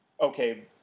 Okay